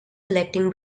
collecting